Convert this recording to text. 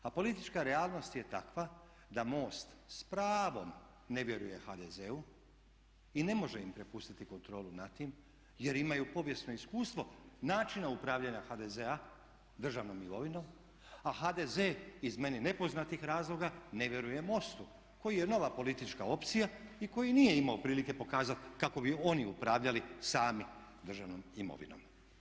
A politička realnost je takva da MOST s pravom ne vjeruje HDZ-u i ne može im prepustiti kontrolu nad tim jer imaju povijesno iskustvo načina upravljanja HDZ-a državnom imovinom a HDZ iz meni nepoznatih razloga ne vjeruje MOST-u koji je nova politička opcija i koji nije imao prilike pokazati kako bi oni upravljali sami državnom imovinom.